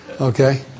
okay